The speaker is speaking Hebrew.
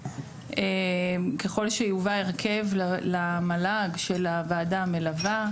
ככל שיובא הרכב למל"ג של הוועדה המלווה,